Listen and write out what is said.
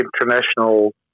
international